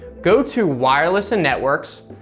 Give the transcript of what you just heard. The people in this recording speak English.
go to wireless and networks,